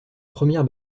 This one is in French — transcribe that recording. première